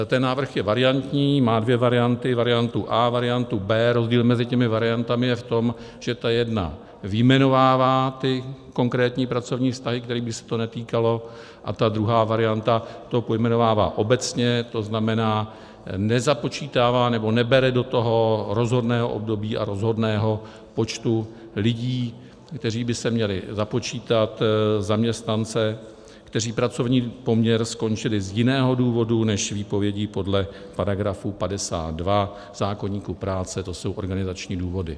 Ten návrh je variantní, má dvě varianty, variantu A a variantu B. Rozdíl mezi těmi variantami je v tom, že ta jedna vyjmenovává konkrétní pracovní vztahy, kterých by se to netýkalo, a druhá varianta to pojmenovává obecně, tzn. nezapočítává nebo nebere do toho rozhodného období a rozhodného počtu lidí, kteří by se měli započítat, zaměstnance, kteří pracovní poměr skončili z jiného důvodu než výpovědí podle § 52 zákoníku práce, to jsou organizační důvody.